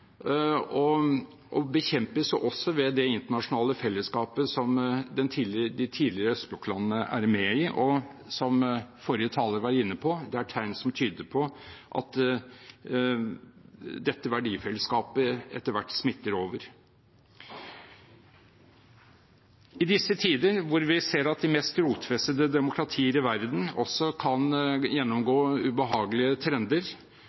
tidligere østblokklandene er med i, og som forrige taler var inne på, er det tegn som tyder på at dette verdifellesskapet etter hvert smitter over. I disse tider, da vi ser at de mest rotfestede demokratier i verden også kan gjennomgå ubehagelige trender,